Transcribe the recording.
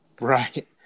Right